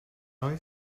oes